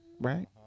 right